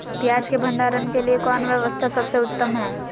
पियाज़ के भंडारण के लिए कौन व्यवस्था सबसे उत्तम है?